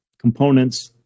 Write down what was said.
components